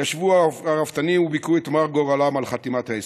ישבו הרפתנים וביכו את מר גורלם על חתימת ההסכם.